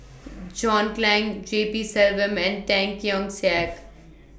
John Clang G P Selvam and Tan Keong Saik